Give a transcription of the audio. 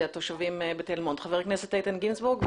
חבר הכנסת איתן גינזבורג.